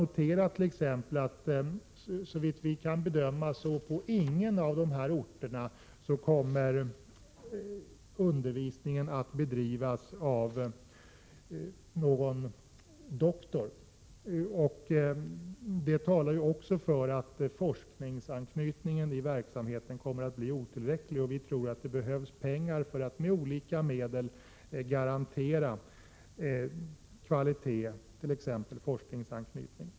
noterat att undervisningen, enligt vad som uppgjorts, på ingen av dessa orter kommer att bedrivas av lärare som disputerat. Detta talar ju också för att forskningsanknytningen i verksamheten kommer att bli otillräcklig. Vi tror att det behövs pengar för att på olika sätt garantera kvaliteten, t.ex. forskningsanknytning.